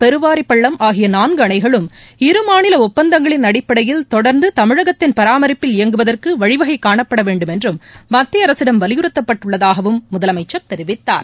பெருவாரிப்பள்ளம் ஆகிய நான்கு அணைகளும் இருமாநில ஒப்பந்தங்களின் அடிப்படையில் தொடர்ந்து தமிழகத்தின் பராமரிப்பில் இயங்குவதற்கு வழிவகை காணப்பட வேண்டும் என்றும் மத்திய அரசிடம் வலியுறுத்தப்பட்டு உள்ளதாகவும் முதலமைச்சர் தெரிவித்தார்